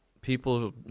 people